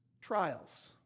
trials